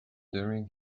during